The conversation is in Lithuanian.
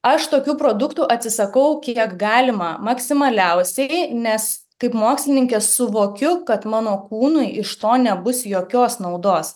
aš tokių produktų atsisakau kiek galima maksimaliausiai nes kaip mokslininkė suvokiu kad mano kūnui iš to nebus jokios naudos